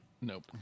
nope